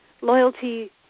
Loyalty